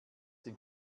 den